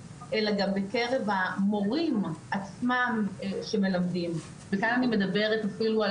אלא גם בקרב המורים עצמם שמלמדים וכאן אני מדברת אפילו על